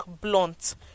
blunt